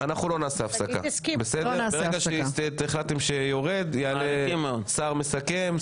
ברגע שהחלטתם שיורד יעלו: שר מסכם,